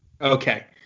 Okay